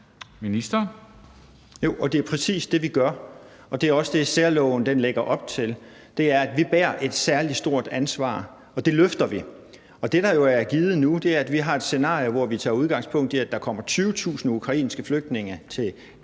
det er præcis det, vi gør. Og det er også det, særloven lægger op til, nemlig at vi bærer et særlig stort ansvar – og det løfter vi. Det, der jo er givet nu, er, at vi har et scenarie, hvor vi tager udgangspunkt i, at der kommer 20.000 ukrainske flygtninge til